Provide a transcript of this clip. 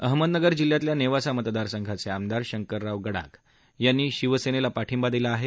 अहमदनगर जिल्ह्यातल्या नेवासा मतदार संघाचे आमदार शंकरराव गडाख यांनी शिवसेनेला पाठिंबा दिला आहे